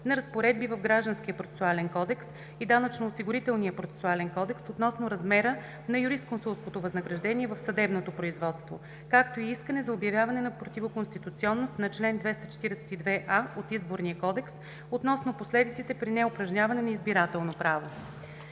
на разпоредби в Гражданския процесуален кодекс и Данъчно-осигурителния процесуален кодекс относно размера на юрисконсултското възнаграждение в съдебното производство, както и искане за обявяване на противоконституционност на чл. 242а от Изборния кодекс относно последиците при неупражняване на избирателно право.